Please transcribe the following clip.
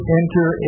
enter